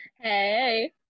hey